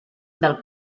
del